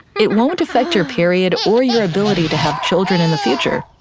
it won't affect your period or your ability to have children in the future.